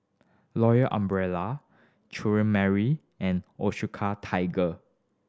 Royal Umbrella Mary and Osuka Tiger